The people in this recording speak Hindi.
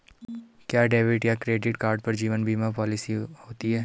क्या डेबिट या क्रेडिट कार्ड पर जीवन बीमा पॉलिसी होती है?